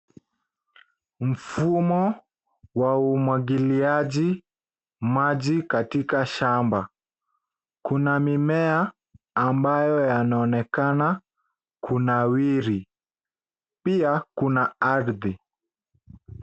Mfumo wa umwagiliaji maji katika shamba. Kuna mimea ambayo yanaonekana kunawili. Pia kuna ardhi.